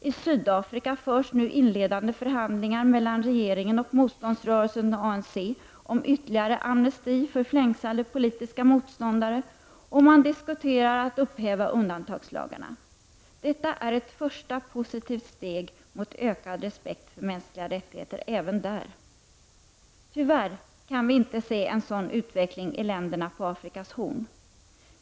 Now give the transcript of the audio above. I Sydafrika förs nu inledande förhandlingar mellan regeringen och motståndsrörelsen ANC om ytterligare amnesti för fängslade politiska motståndare, och man diskuterar att upphäva undantagslagarna. Detta är ett första positivt steg mot ökad respekt för mänskliga rättigheter även där. Tyvärr kan vi inte se en sådan utveckling i länderna på Afrikas horn.